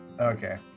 Okay